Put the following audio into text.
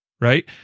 right